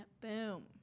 boom